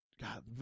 god